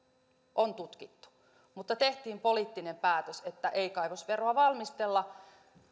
on tutkittu mutta tehtiin poliittinen päätös että ei kaivosveroa valmistella